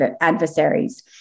adversaries